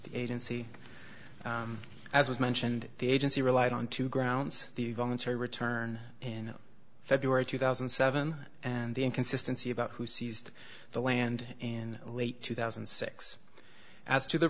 the agency as was mentioned the agency relied on two grounds the voluntary return in february two thousand and seven and the inconsistency about who seized the land in late two thousand and six as to the